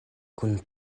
kun